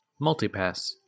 Multipass